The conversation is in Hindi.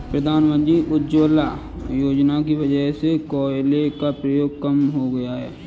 प्रधानमंत्री उज्ज्वला योजना की वजह से कोयले का प्रयोग कम हो गया है